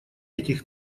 этих